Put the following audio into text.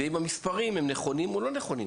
ואם המספרים הם נכונים או לא נכונים.